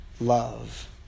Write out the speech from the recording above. love